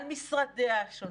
על משרדיה השונים,